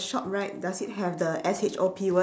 shop right does it have the S H O P word